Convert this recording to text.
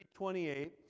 28